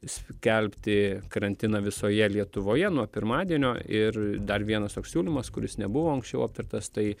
skelbti karantiną visoje lietuvoje nuo pirmadienio ir dar vienas toks siūlymas kuris nebuvo anksčiau aptartas tai